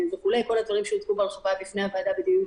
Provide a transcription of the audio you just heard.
מירי, אולי את תסבירי?